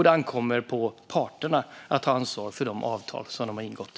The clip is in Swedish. Det ankommer på parterna att ta ansvar för det avtal som de har ingått.